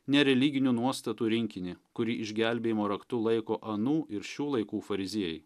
ne religinių nuostatų rinkinį kurį išgelbėjimo raktu laiko anų ir šių laikų fariziejai